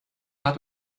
hat